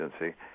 agency